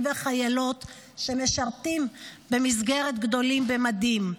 והחיילות שמשרתים במסגרת גדולים במדים.